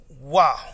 Wow